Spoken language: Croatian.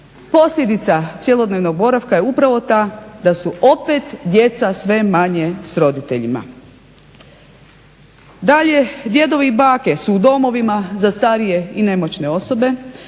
posljedica cjelodnevnog boravka je upravo ta da su opet djeca sve manje s roditeljima. Dalje, djedovi i bake su u domovima za starije i nemoćne osobe